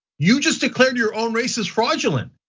you just declared your own racist, fraudulent.